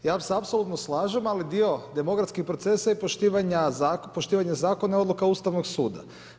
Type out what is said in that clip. Ja se apsolutno slažem, ali dio demokratskih procesa je poštivanja zakona odluka Ustavnog suda.